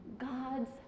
God's